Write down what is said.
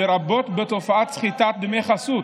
לרבות בתופעת סחיטת דמי חסות.